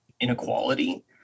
inequality